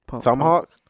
Tomahawk